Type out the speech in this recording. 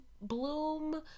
bloom